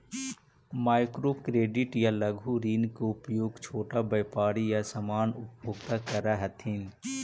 micro credit या लघु ऋण के उपयोग छोटा व्यापारी या सामान्य उपभोक्ता करऽ हथिन